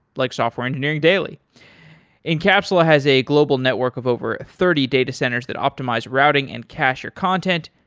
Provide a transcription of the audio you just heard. like software engineering daily incapsula has a global network of over thirty data centers that optimize routing and cashier content.